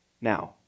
Now